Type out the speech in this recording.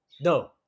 No